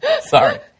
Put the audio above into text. Sorry